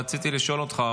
רציתי לשאול אותך,